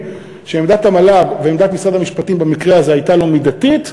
שעמדת המל"ג ועמדת משרד המשפטים במקרה הזה הייתה לא מידתית,